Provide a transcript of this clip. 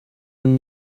اون